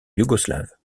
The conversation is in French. yougoslave